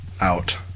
out